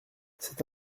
c’est